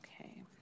Okay